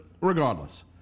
regardless